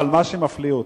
אבל מה שמפליא אותי,